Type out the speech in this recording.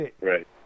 Right